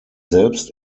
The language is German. selbst